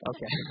Okay